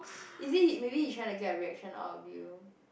is it he maybe he trying to get a reaction out of you